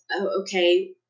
okay